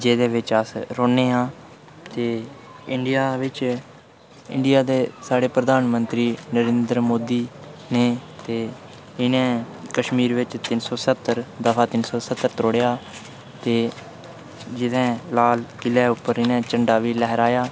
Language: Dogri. जेह्दे बिच अस रौह्ने आं ते इंडिया बिच इंडिया दे साढ़े प्रधानमंत्री नरेंद्र मोदी न ते इ'नें कश्मीर च तिन सौ सत्तर दफ़ा तिन सौ सत्तर त्रोड़ियै ते लाल किले उप्पर इ'नें झंडा बी फहराया